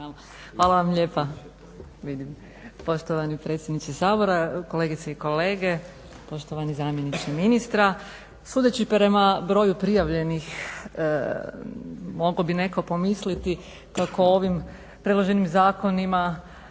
Hvala vam lijepa. Poštovani predsjedniče Sabora, kolegice i kolege, poštovani zamjeniče ministra. Sudeći prema broju prijavljenih mogao bi netko pomisliti kako ovim predloženim zakonima